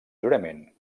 jurament